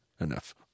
Enough